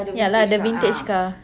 ya lah the vintage car